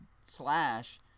Slash